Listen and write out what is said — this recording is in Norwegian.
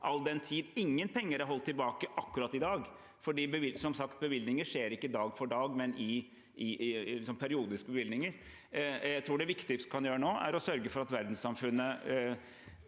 All den tid ingen penger er holdt tilbake akkurat i dag – bevilgninger skjer som sagt ikke dag for dag, men periodisk – tror jeg det viktigste vi kan gjøre nå, er å sørge for at verdenssamfunnet